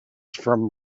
from